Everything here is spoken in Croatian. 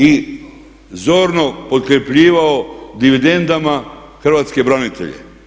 I zorno potkrjepljivao dividendama Hrvatske branitelje.